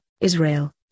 Israel